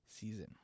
season